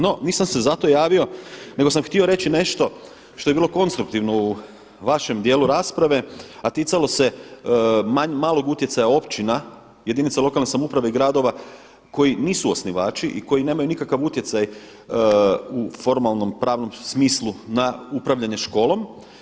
No, nisam se zato javio nego sam htio reći nešto što je bilo konstruktivno u vašem dijelu rasprave a ticalo se malog utjecaja općina jedinica lokalne samouprave i gradova koji nisu osnivači i koji nemaju nikakav utjecaj u formalno pravnom smislu na upravljanje školom.